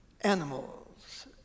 animals